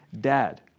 dad